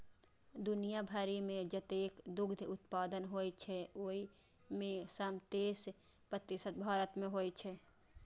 दुनिया भरि मे जतेक दुग्ध उत्पादन होइ छै, ओइ मे सं तेइस प्रतिशत भारत मे होइ छै